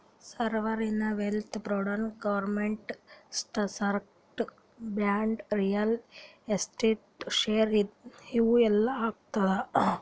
sovereign wealth ಫಂಡ್ನಾಗ್ government stocks, bonds, real estate, share ಇವು ಎಲ್ಲಾ ಹಾಕ್ತುದ್